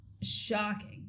shocking